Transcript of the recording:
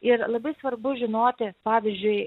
ir labai svarbu žinoti pavyzdžiui